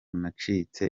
nacitse